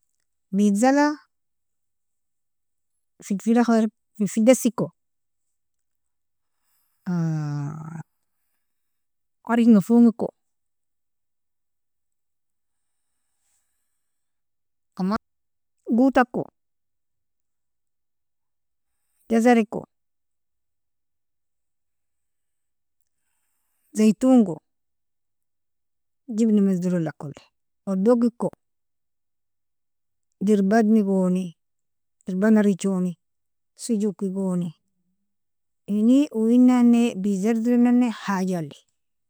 Bitzala, filfil akhadr filfil desiko arej mafrumiko, tamat gutako jazariko, zeitungo, jibna motzerellakollo, hodogiko, derbadni goni derbadnarichoni, sijoki goni ini uui nnane bitzal idrenane hajali.